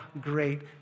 great